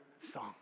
song